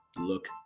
look